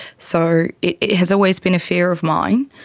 so it has always been a fear of mine,